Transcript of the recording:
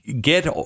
get